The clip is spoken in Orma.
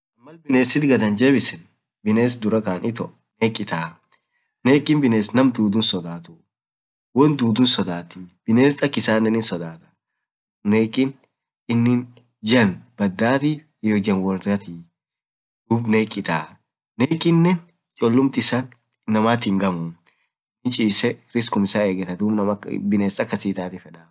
maal binesit gaad anjebiseen woan duraa taan itoo neekh itaa.neekhin biness namkulin sodatuu, woan dudun sodaat binees akisanen sodaat, neekhin jaan badhatii hiyo jaan woraat, duub neekh itaa nekhin cholumt issan inamaat hingamuu laanum chisee riskii issa egetaa inamaat hingamuu.